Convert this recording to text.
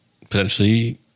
potentially